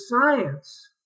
science